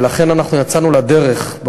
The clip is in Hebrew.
ולכן יצאנו לדרך,